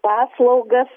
ir paslaugas